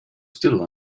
still